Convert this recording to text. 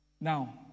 Now